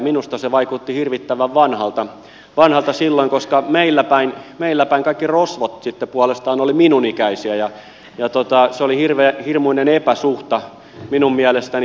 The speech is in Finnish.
minusta se vaikutti hirvittävän vanhalta silloin koska meillä päin kaikki rosvot sitten puolestaan olivat minun ikäisiä ja se oli hirmuinen epäsuhta minun mielestäni